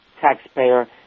taxpayer